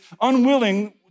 unwilling